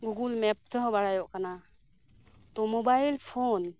Google map ᱛᱮᱦᱚᱸ ᱵᱟᱲᱟᱭᱚᱜ ᱠᱟᱱᱟ ᱛᱚ ᱢᱚᱵᱟᱭᱤᱞ ᱯᱷᱳᱱ